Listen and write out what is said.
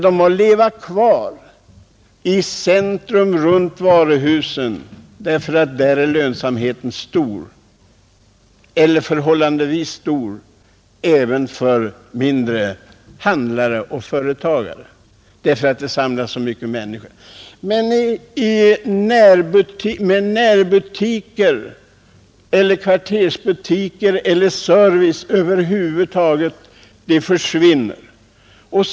De har bott kvar i centrum runt varuhusen därför att lönsamheten är förhållandevis stor där även för mindre handlare och andra företagare, eftersom det samlas så mycket människor där. Närbutiker, kvartersbutiker och över huvud taget serviceanordningar försvinner däremot.